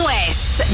West